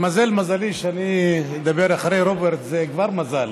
התמזל מזלי שאני מדבר אחרי רוברט, זה כבר מזל.